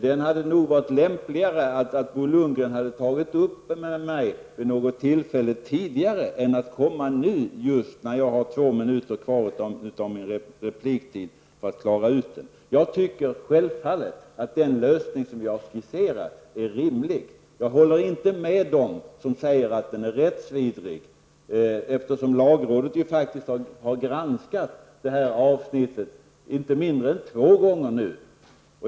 Det hade varit lämpligare om Bo Lundgren hade ställt den frågan till mig vid ett tidigare tillfälle, i stället för att komma just nu när jag har två minuter av min repliktid för att besvara den. Jag tycker självfallet att den lösning som vi har skisserat är rimlig. Jag håller inte med dem som säger att den är rättsvidrig eftersom lagrådet faktiskt har granskat detta avsnitt inte mindre än två gånger.